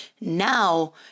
now